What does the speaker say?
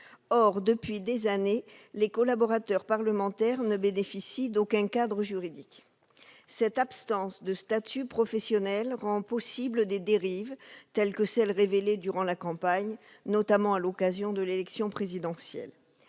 Or, depuis des années, les collaborateurs parlementaires ne bénéficient d'aucun cadre juridique. Cette absence de statut professionnel rend possibles des dérives telles que celles qui ont été révélées à l'occasion, notamment, de l'élection présidentielle.